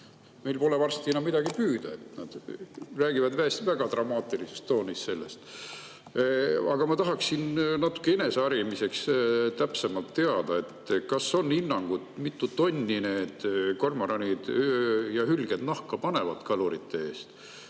meil pole varsti enam midagi püüda. Nad räägivad väga dramaatilises toonis sellest. Aga ma tahaksin enese harimiseks natuke täpsemalt teada, kas on hinnangut, mitu tonni need kormoranid ja hülged nahka panevad kalurite eest.